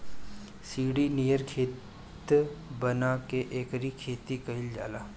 सीढ़ी नियर खेत बना के एकर खेती कइल जाला